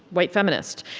white feminists,